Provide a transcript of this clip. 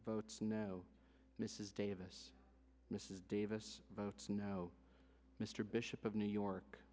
votes no mrs davis mrs davis votes no mr bishop of new york